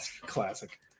classic